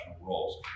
roles